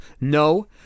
no